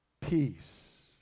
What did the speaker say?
peace